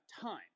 time